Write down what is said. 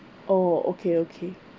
oh okay okay